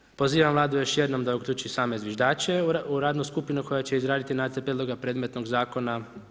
Nadalje, pozivam Vladu, još jednom da uključi same zviždače u radnu skupinu koja će izraditi nacrt prijedloga predmetnog zakona.